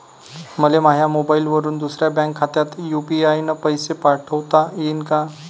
मले माह्या मोबाईलवरून दुसऱ्या बँक खात्यात यू.पी.आय न पैसे पाठोता येईन काय?